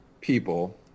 people